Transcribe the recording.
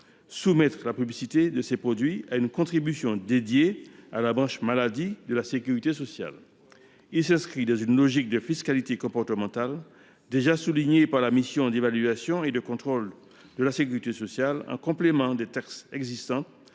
soumettre la publicité de ces produits à une contribution dédiée à la branche maladie de la sécurité sociale. Notre proposition s’inscrit dans une logique de fiscalité comportementale, déjà soulignée par la mission d’évaluation et de contrôle de la sécurité sociale, en complément des textes existants